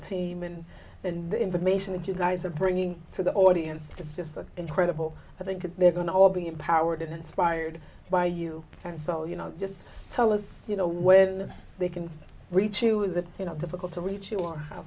team and the information that you guys are bringing to the audience is just incredible i think they're going to all be empowered inspired by you and so you know just tell us you know when they can reach you is it you know difficult to reach